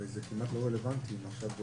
הרי זה כמעט לא רלוונטי אם עכשיו לא